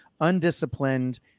Undisciplined